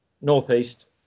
northeast